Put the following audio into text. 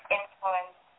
influence